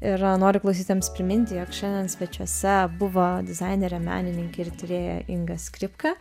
yra noriu klausytojams priminti jog šiandien svečiuose buvo dizainerė menininkė ir tyrėja inga skripka